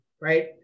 right